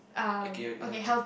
okay you're you healthy